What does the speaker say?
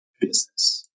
business